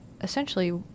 essentially